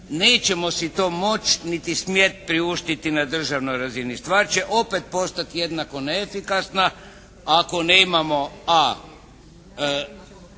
Nećemo si to moći niti smjeti priuštiti na državnoj razini. Stvar će opet postati jednako neefikasno ako nemamo a)